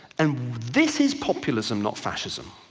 and this is populism, not fascism.